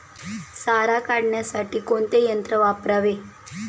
सारा काढण्यासाठी कोणते यंत्र वापरावे?